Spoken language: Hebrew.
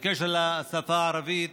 בקשר לשפה הערבית,